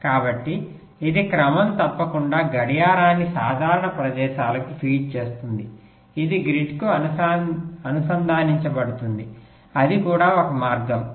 కాబట్టి ఇది క్రమం తప్పకుండా గడియారాన్ని సాధారణ ప్రదేశాలకు ఫీడ్ చేస్తుంది ఇది గ్రిడ్కు అనుసంధానించబడుతుంది అది కూడా ఒక మార్గం